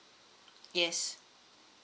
yes